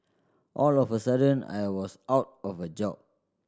all of a sudden I was out of a job